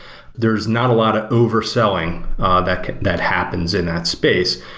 there's not a lot of overselling that that happens in that space,